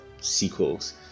sequels